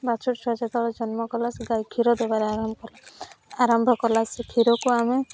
ବାଛୁରୀ ଛୁଆ ଯେତେବେଳେ ଜନ୍ମ କଲା ସେ ଗାଈ କ୍ଷୀର ଦେବାରେ ଆରମ୍ଭ କଲା ଆରମ୍ଭ କଲା ସେ କ୍ଷୀରକୁ ଆମେ